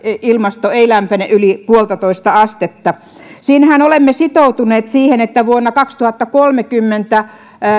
ilmasto ei lämpene yli puoltatoista astetta siinähän olemme sitoutuneet siihen että vuonna kaksituhattakolmekymmentä